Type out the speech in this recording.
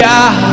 God